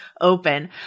open